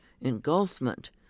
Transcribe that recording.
engulfment